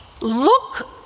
Look